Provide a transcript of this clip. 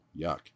yuck